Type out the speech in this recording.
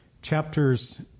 chapters